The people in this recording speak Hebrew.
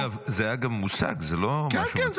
אגב, זה מושג, זה לא משהו מצחיק.